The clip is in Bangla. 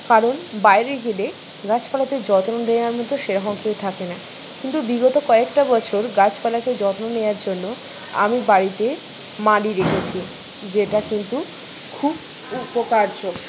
কারণ বাইরে গেলে গাছপালাদের যত্ন দেওয়ার মতো সেরকম কেউ থাকে না কিন্তু বিগত কয়েকটা বছর গাছপালাদের যত্ন নেওয়ার জন্য আমি বাড়িতে মালি রেখেছি যেটা কিন্তু খুব উপকার্য